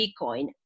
Bitcoin